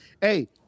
hey